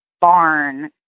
barn